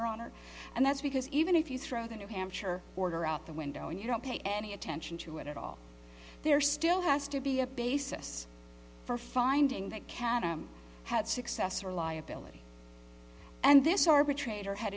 honor and that's because even if you throw the new hampshire order out the window and you don't pay any attention to it at all there still has to be a basis for finding that kadam had success or liability and this arbitrator had